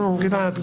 נו, גלעד.